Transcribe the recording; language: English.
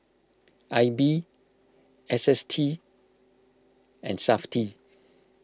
I B S S T and SAFTI